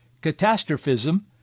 catastrophism